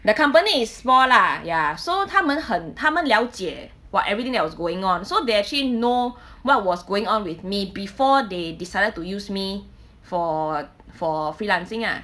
the company is small lah ya so 他们很他们了解 what everything that was going on so they actually know what was going on with me before they decided to use me for for freelancing ah